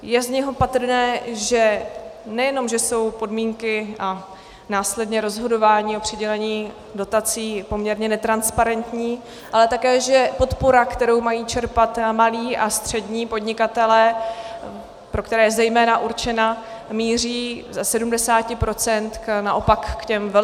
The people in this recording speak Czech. Je z nich patrné, že nejenom že jsou podmínky a následně rozhodování o přidělení dotací poměrně netransparentní, ale také že podpora, kterou mají čerpat malí a střední podnikatelé, pro které je zejména určena, míří ze 70 % k naopak k těm velkým.